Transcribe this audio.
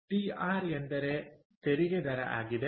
TR ಎಂದರೆ ತೆರಿಗೆ ದರ ಆಗಿದೆ